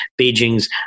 Beijing's